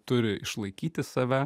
turi išlaikyti save